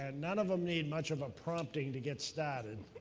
and none of them need much of a prompting to get started.